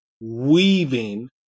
weaving